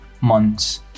months